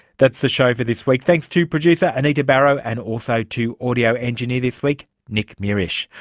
that's the show for this week. thanks to producer anita barraud and also to audio engineer this week nick mierisch.